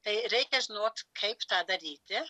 tai reikia žinot kaip tą daryti